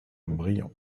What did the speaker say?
brillant